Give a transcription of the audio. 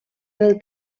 del